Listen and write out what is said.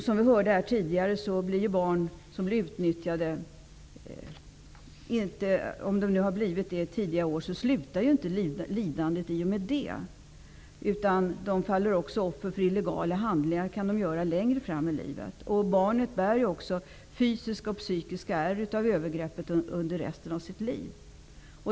Som vi hörde tidigare, är lidandet inte slut för de barn som utnyttjas i tidiga år, utan de kan falla offer för illegala handlingar längre fram i livet. Barnet bär också fysiska och psykiska ärr efter övergreppet under resten av livet.